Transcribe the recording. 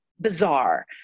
bizarre